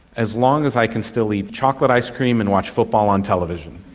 as long as i can still eat chocolate ice cream and watch football on television.